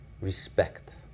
Respect